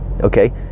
okay